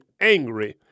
angry